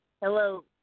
hello